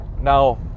now